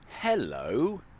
Hello